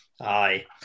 Aye